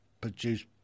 produce